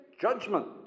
judgment